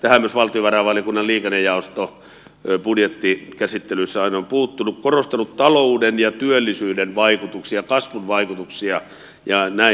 tähän myös valtiovarainvaliokunnan liikennejaosto budjettikäsittelyssä aina on puuttunut korostanut talouden ja työllisyyden vaikutuksia kasvun vaikutuksia ja näin